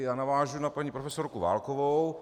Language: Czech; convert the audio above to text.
Já navážu na paní profesorku Válkovou.